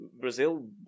Brazil